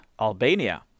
Albania